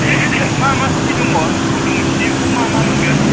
मा मा सि दं गुदुं सिखौ मा मा मोनगोन